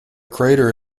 crater